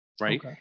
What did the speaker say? right